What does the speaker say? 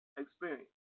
Experience